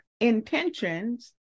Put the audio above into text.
Intentions